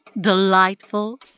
Delightful